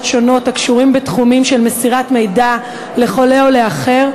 שונות הקשורות בתחומים של מסירת מידע לחולה או לאחר,